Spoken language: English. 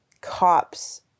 cops